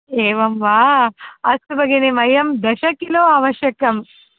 एवं वा अस्तु भगिनी वयं दश किलो आवश्यकम्